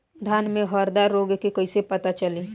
धान में हरदा रोग के कैसे पता चली?